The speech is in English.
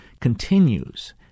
continues